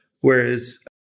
Whereas